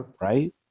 right